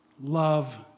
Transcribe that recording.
love